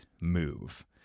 move